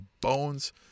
bones